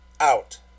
out